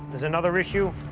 there's another issue.